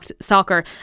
soccer